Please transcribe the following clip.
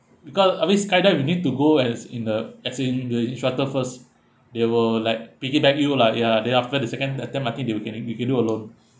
because I mean skydive you need to go as in uh as in the instructor first they will like piggyback you like ya then after the second attempt I think they will leaving will leave you alone